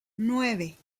nueve